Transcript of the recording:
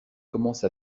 commence